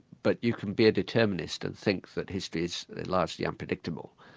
but you can be a determinist and think that history is largely unpredictable.